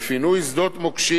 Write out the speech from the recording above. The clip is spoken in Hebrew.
ממוקשים.